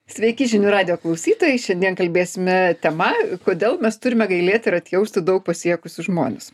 sveiki žinių radijo klausytojai šiandien kalbėsime tema kodėl mes turime gailėti ir atjausti daug pasiekusius žmones